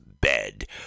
bed